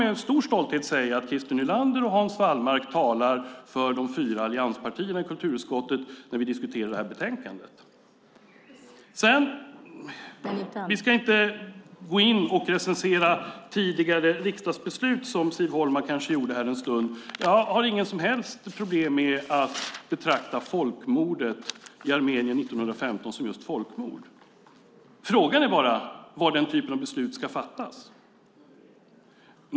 Med stor stolthet kan jag säga att Christer Nylander och Hans Wallmark talar för de fyra allianspartierna när vi i kulturutskottet diskuterar detta betänkande. Vi ska inte gå in och recensera tidigare riksdagsbeslut som Siv Holma här en stund kanske gjorde. Jag har inga som helst problem med att betrakta folkmordet i Armenien 1915 som just ett folkmord. Frågan är bara var den typen av beslut ska fattas.